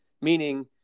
Meaning –